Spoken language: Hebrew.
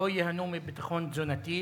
לא ייהנו מביטחון תזונתי.